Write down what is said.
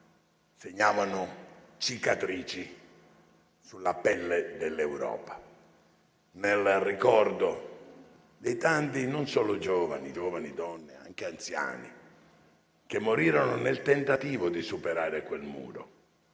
segnavano cicatrici sulla pelle dell'Europa. Nel ricordo dei tanti, non solo giovani, ma anche donne e anziani, che morirono nel tentativo di superare quel muro